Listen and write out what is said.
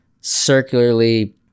circularly